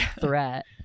threat